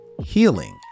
healing